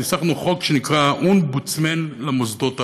חוק שנקרא "אומבודסמן" למוסדות הללו.